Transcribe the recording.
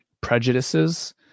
prejudices